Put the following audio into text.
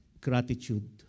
gratitude